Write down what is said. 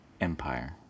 empire